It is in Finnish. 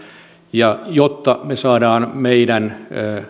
ja jotta me saamme meidän